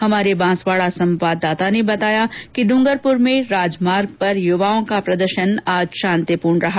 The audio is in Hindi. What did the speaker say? हमारे बांसवाड़ा संवाददाता ने बताया कि ड्रंगरपुर में राजमार्ग पर युवाओं का प्रदर्शन आज शांतिपूर्ण रहा